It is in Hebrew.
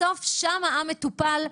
בסוף שם העם המטופל,